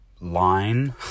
line